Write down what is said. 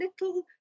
little